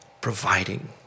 providing